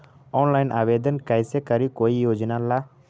Online आवेदन कैसे करी कोई योजना ला?